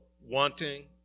wanting